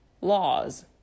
laws